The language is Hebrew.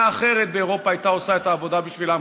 אחרת באירופה הייתה עושה את העבודה בשבילם,